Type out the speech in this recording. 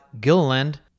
Gilliland